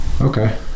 Okay